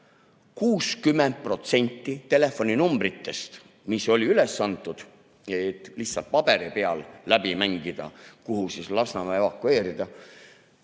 60% telefoninumbritest, mis olid üles antud, et lihtsalt paberi peal läbi mängida, kuhu saaks Lasnamäe evakueerida,